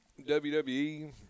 WWE